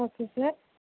okay sir